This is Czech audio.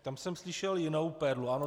Tam jsem slyšel jinou perlu.